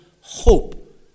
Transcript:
hope